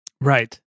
Right